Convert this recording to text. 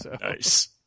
Nice